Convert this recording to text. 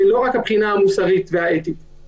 לא רק הבחינה המוסרית והאתית.